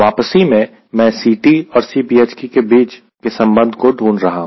वापसी में मैं Ct और Cbhp के बीच के संबंध को ढूंढ रहा हूं